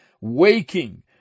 waking